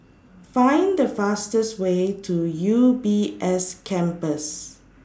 Find The fastest Way to U B S Campus